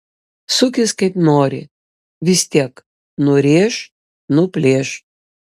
sukis kaip nori vis tiek nurėš nuplėš